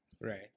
Right